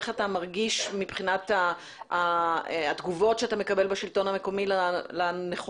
איך אתה מרגיש מבחינת התגובות שאתה מקבל בשלטון המקומי לנכונות